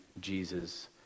Jesus